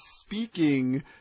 speaking